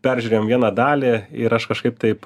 peržiūrėjm vieną dalį ir aš kažkaip taip